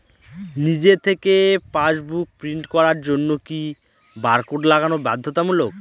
নিজে থেকে passbook print করার জন্য কি বারকোড লাগানো বাধ্যতামূলক?